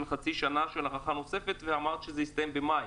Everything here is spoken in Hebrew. חצי שנה הארכה ואמרת שזה הסתיים במאי.